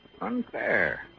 Unfair